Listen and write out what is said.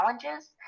challenges